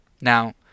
Now